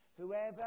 Whoever